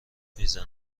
میزند